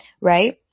right